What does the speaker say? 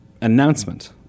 announcement